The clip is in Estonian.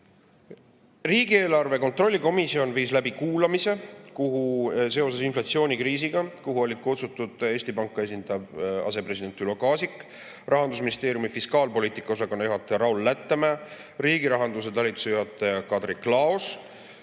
Riigieelarve kontrolli erikomisjon viis läbi kuulamise seoses inflatsioonikriisiga, kuhu olid kutsutud Eesti Panka esindav panga asepresident Ülo Kaasik, Rahandusministeeriumi fiskaalpoliitika osakonna juhataja Rauol Lättemäe, riigi rahanduse talituse juhataja Kadri Klaos,